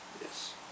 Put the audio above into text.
Yes